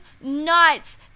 nights